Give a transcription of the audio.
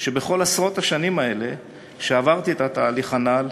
שבכל עשרות השנים האלה שבהן עברתי את התהליך הנ"ל,